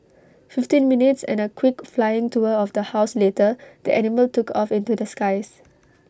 fifteen minutes and A quick flying tour of the house later the animal took off into the skies